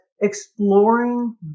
exploring